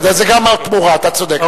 בסדר, זה גם התמורה, אתה צודק.